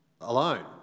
alone